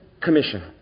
Commission